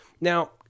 Now